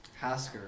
Hasker